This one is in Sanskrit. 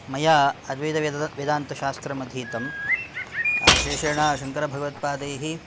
मया अद्वैतवेद वेदान्तशास्त्रम् अधीतम् विशेषेण शङ्करभगवत्पादैः